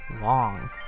long